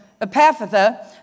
Epaphatha